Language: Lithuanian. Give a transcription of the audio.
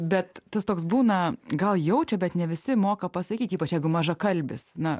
bet tas toks būna gal jaučia bet ne visi moka pasakyt ypač jeigu mažakalbis na